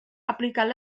aplicant